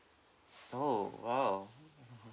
oh !wow!